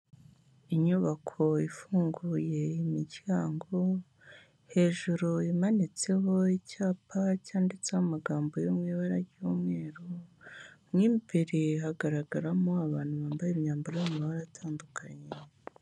Inyubako ifunguye imiryango, hejuru imanitseho icyapa cyanditseho amagambo yo mu ibara ry'umweru, mu imbere hagaragaramo abantu bambaye imyambaro yo mu mabara atandukanye.